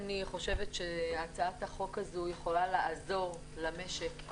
אני חושבת שהצעת החוק הזאת יכולה לעזור למשק,